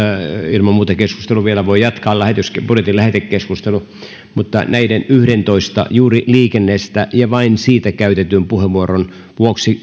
ilman muuta keskustelu vielä voi jatkua budjetin lähetekeskustelu mutta näiden yhdentoista juuri liikenteestä ja vain siitä käytetyn puheenvuoron vuoksi